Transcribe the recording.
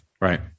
Right